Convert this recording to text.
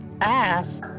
ass